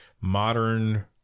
modern